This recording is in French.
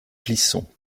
plisson